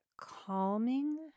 calming